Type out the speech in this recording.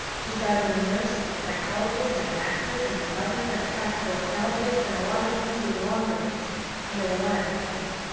she's got to be a nurse and a psychologist and an actress and a mother and a practical ethnologist and a lot of things with longer names and a reliable friend.